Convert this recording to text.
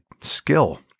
skill